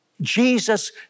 Jesus